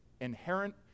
inherent